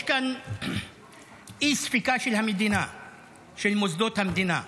יש כאן אי-ספיקה של מוסדות המדינה.